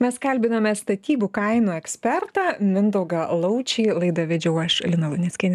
mes kalbiname statybų kainų ekspertą mindaugą laučių laidą vedžiau aš lina luneckienė